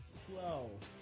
slow